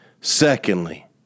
Secondly